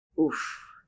Oof